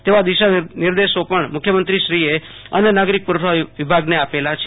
તેવા દિશાનિર્દેશો પણ મુખ્યમંત્રીશ્રીએ અન્ન નાગરિક પુરવઠા વિભાગને આપેલા છે